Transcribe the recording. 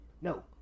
No